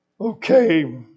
Okay